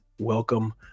welcome